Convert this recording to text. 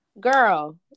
Girl